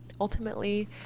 Ultimately